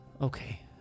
okay